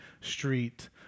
street